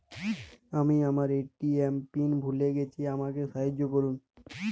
আমি আমার ATM pin ভুলে গেছি আমাকে সাহায্য করুন